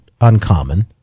uncommon